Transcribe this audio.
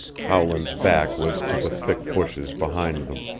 howland's back was to the thick bushes behind them.